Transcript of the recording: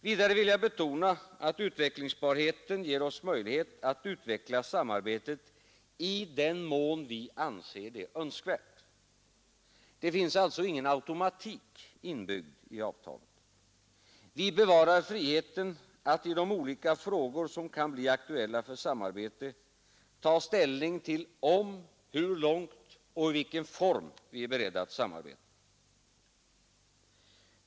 Vidare vill jag betona att utvecklingsbarheten ger oss möjlighet att utveckla samarbetet i den mån vi anser det önskvärt. Det finns alltså ingen automatik inbyggd i avtalet. Vi bevarar friheten att, i de olika frågor som kan bli aktuella för samarbete, ta ställning till om, hur långt Och i vilken form vi är beredda att samarbeta.